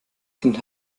kind